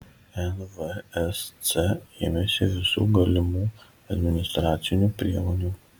nvsc ėmėsi visų galimų administracinių priemonių